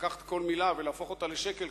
לקחת כל מלה ולהפוך אותה לשקל,